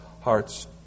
hearts